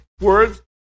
words